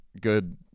good